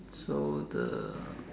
so the